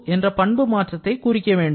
என்ற பண்பு மாற்றத்தை குறிக்க வேண்டும்